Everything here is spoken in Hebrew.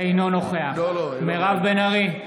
אינו נוכח מירב בן ארי,